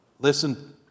Listen